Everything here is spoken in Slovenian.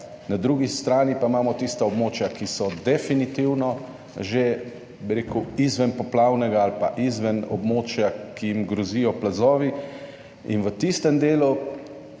Na drugi strani pa imamo tista območja, ki so definitivno že, bi rekel, izven poplavnega ali pa izven območja, ki jim grozijo plazovi in v tistem delu